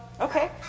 Okay